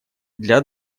для